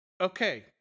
okay